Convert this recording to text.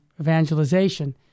evangelization